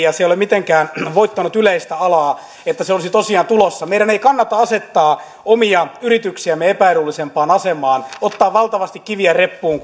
ja se ei ole mitenkään voittanut yleistä alaa että se olisi tosiaan tulossa meidän ei kannata asettaa omia yrityksiämme epäedullisempaan asemaan kuin muualla euroopassa ottaa valtavasti kiviä reppuun